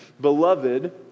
Beloved